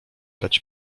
dać